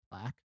Black